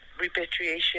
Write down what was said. repatriation